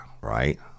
right